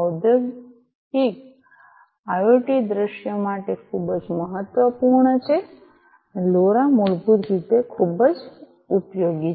ઔદ્યોગિક આઇઓટી દૃશ્યો માટે ખૂબ જ મહત્વપૂર્ણ છે લોરા મૂળભૂત રીતે ખૂબ જ ઉપયોગી છે